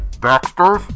Baxters